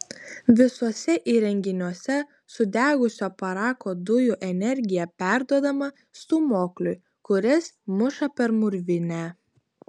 visuose įrenginiuose sudegusio parako dujų energija perduodama stūmokliui kuris muša per mūrvinę